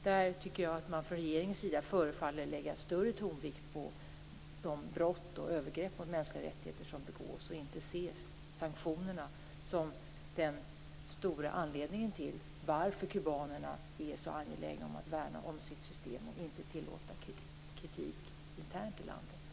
Därför förefaller regeringen lägga större tonvikt vid de brott och övergrepp mot mänskliga rättigheter som begås och ser därför inte sanktionerna som en anledning till varför kubanerna är så angelägna om att värna om sitt system och inte tillåta kritik internt i landet.